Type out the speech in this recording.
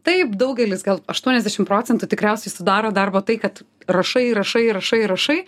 taip daugelis gal aštuoniasdešim procentų tikriausiai sudaro darbo tai kad rašai rašai rašai rašai